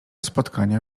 spotkania